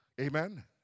Amen